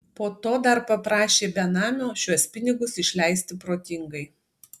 po to dar paprašė benamio šiuos pinigus išleisti protingai